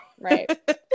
Right